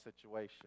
situation